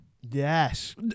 Yes